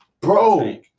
Bro